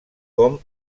com